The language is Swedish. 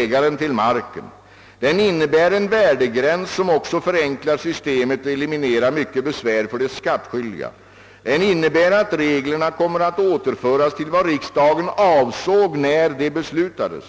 ägare till marken. Den innebär en värdegräns, som också förenklar systemet och eliminerar mycket besvär för de skattskyldiga. Till sist betyder den att reglerna kommer att återföras till vad riksdagen avsåg när de beslutades.